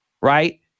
right